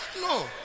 no